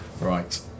Right